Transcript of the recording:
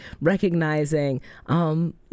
recognizing